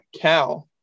cow